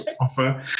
offer